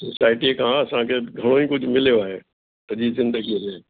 सोसाएटीअ खां असांखे घणो ई कुझु मिलियो आहे सॼी ज़िंदगीअ में